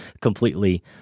completely